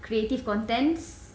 creative contents